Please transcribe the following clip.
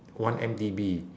one-M_D_B